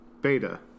Beta